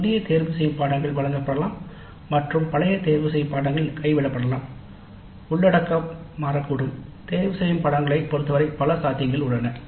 புதிய தேர்தல்கள் வழங்கப்படலாம் மற்றும் பழைய தேர்தல்கள் கைவிடப்படலாம் உள்ளடக்கம் மாறக்கூடும் தேர்தல்களைப் பொறுத்தவரை பல சாத்தியங்கள் உள்ளன